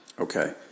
Okay